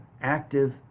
active